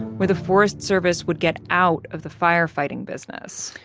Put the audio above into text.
where the forest service would get out of the fire fighting business?